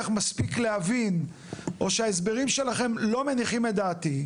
מספיק להבין או שההסברים שלכם לא מניחים את דעתי.